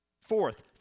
Fourth